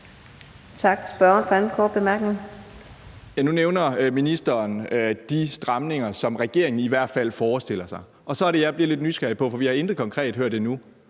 Nu nævner ministeren de stramninger, som regeringen i hvert fald forestiller sig. Og så er det, jeg bliver lidt nysgerrig, for vi har intet konkret hørt endnu: